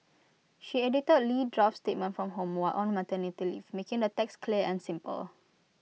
she edited lee draft statements from home while on maternity leave making the text clear and simple